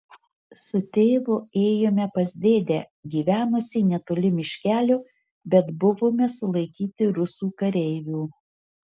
su tėvu ėjome pas dėdę gyvenusį netoli miškelio bet buvome sulaikyti rusų kareivių